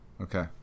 Okay